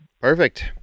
Perfect